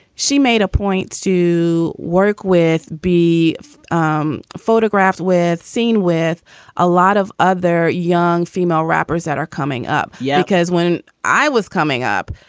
she made a point to work with be um photographed with scene with a lot of other young female rappers that are coming up. yeah. because when i was coming up,